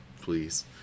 please